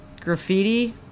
graffiti